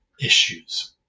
issues